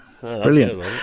brilliant